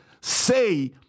Say